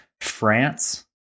France